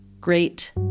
Great